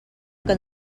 que